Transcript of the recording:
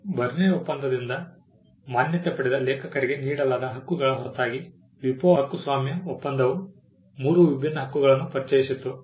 burn ಒಪ್ಪಂದದಿಂದ ಮಾನ್ಯತೆ ಪಡೆದ ಲೇಖಕರಿಗೆ ನೀಡಲಾದ ಹಕ್ಕುಗಳ ಹೊರತಾಗಿ WIPO ಹಕ್ಕುಸ್ವಾಮ್ಯ ಒಪ್ಪಂದವು ಮೂರು ವಿಭಿನ್ನ ಹಕ್ಕುಗಳನ್ನು ಪರಿಚಯಿಸಿತು